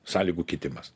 sąlygų kitimas